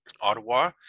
Ottawa